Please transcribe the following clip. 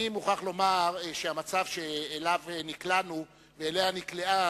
אני מוכרח לומר שהמצב שאליו נקלענו ואליו נקלעה